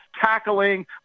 tackling